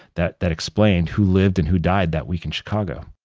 that that explained who lived and who died that week in chicago